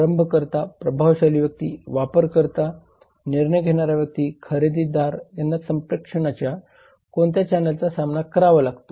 आरंभकर्ता प्रभावशाली व्यक्ती वापरकर्ता निर्णय घेणारा व्यक्ती खरेदीदार यांना संप्रेषणाच्या कोणत्या चॅनेलचा सामना करावा लागतो